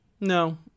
No